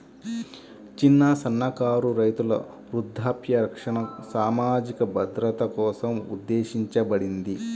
చిన్న, సన్నకారు రైతుల వృద్ధాప్య రక్షణ సామాజిక భద్రత కోసం ఉద్దేశించబడింది